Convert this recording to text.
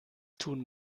tun